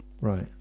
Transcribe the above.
Right